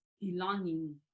belonging